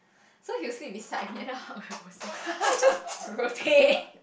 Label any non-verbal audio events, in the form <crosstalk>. so he will sleep beside me and then I will <laughs> then I just rotate